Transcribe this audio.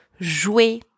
jouer